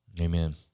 Amen